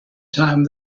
time